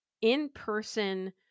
in-person